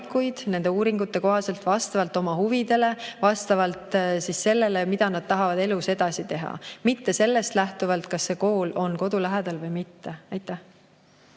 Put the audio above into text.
nende uuringute kohaselt vastavalt oma huvidele, vastavalt sellele, mida nad tahavad elus edasi teha, mitte sellest lähtuvalt, kas see kool on kodu lähedal või mitte. Henn